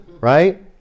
right